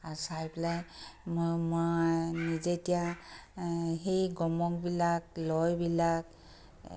আৰু চাই পেলাই মই মই নিজে এতিয়া সেই গমকবিলাক লয়বিলাক